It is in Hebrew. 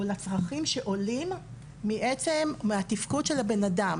לצרכים שעולים מעצם התפקוד של הבן-אדם.